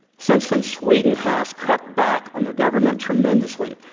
since then, sweden has cut back on their government tremendously.